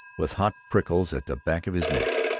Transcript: with hot prickles at the back of his neck,